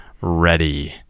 ready